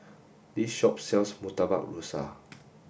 this shop sells Murtabak Rusa